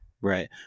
right